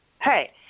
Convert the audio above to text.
hey